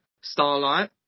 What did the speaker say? Starlight